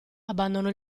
abbandonò